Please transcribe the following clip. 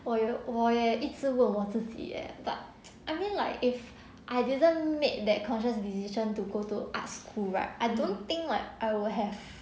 我有我也一直问我自己 leh but I mean like if I didn't make that conscious decision to go to art school right I don't think like I will have